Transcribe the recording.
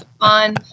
on